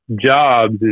jobs